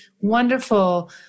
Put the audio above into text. wonderful